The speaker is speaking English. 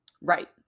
Right